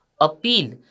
appeal